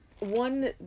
One